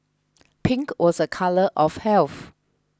pink was a colour of health